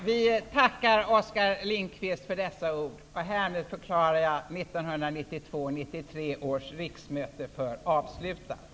Vi tackar Oskar Lindkvist för dessa ord. Härmed förklarar jag 1992/93 års riksmöte avslutat.